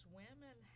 women